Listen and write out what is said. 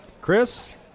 Chris